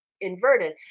inverted